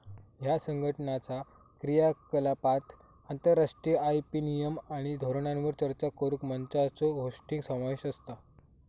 ह्या संघटनाचा क्रियाकलापांत आंतरराष्ट्रीय आय.पी नियम आणि धोरणांवर चर्चा करुक मंचांचो होस्टिंग समाविष्ट असता